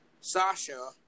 Sasha